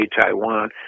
Taiwan